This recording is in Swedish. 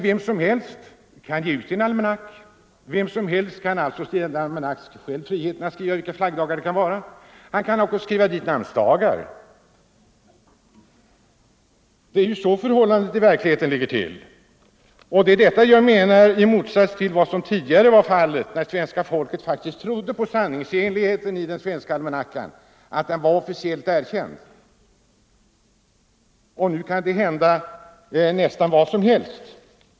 Vem som helst kan ge ut en almanacka, vem som helst har frihet att skriva in vilka flaggdagar han vill i almanackan. Han kan också skriva dit namnsdagar. Det är så det i verkligheten ligger till, och det är detta som står i motsats till den gamla stilen, när svenska folket faktiskt trodde på sanningsenligheten i almanackan, eftersom den var officiellt erkänd. Nu kan det hända nästan vad som helst.